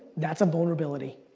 that's a vulnerability.